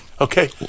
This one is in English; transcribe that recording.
Okay